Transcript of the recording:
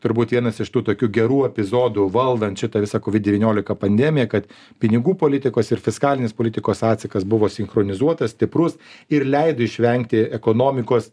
turbūt vienas iš tų tokių gerų epizodų valdant šitą visą covid devyniolika pandemiją kad pinigų politikos ir fiskalinės politikos atsakas buvo sinchronizuotas stiprus ir leido išvengti ekonomikos